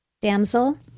Damsel